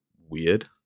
weird